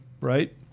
right